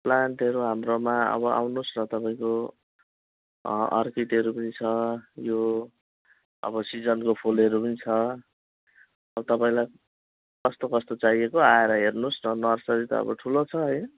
प्लान्टहरू हाम्रोमा अब आउनुहोस् न तपाईँको अर्किडहरू पनि छ यो अब सिजनको फुलहरू पनि छ तपाईँलाई कस्तो कस्तो चाहिएको आएर हेर्नुहोस् न नर्सरी त अब ठुलो छ है